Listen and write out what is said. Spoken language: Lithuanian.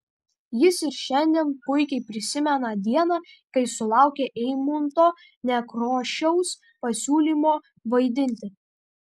jis ir šiandien puikiai prisimena dieną kai sulaukė eimunto nekrošiaus pasiūlymo vaidinti